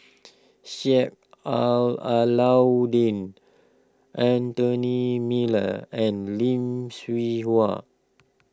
Sheik Alau'ddin Anthony Miller and Lim Sui Hua